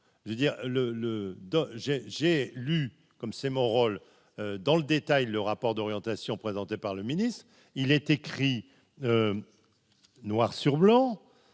j'ai lu comme c'est mon rôle dans le détail, le rapport d'orientation présenté par le ministre, il est écrit noir sur blanc